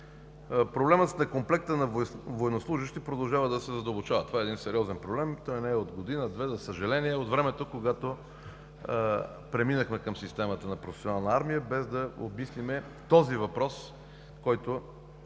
Проблемът с некомплекта на военнослужещи продължава да се задълбочава. Това е сериозен проблем и той не е от година, две, за съжаление, от времето, когато преминахме към системата на професионална армия, без да обмислим този въпрос, който